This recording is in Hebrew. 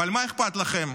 אבל מה אכפת לכם?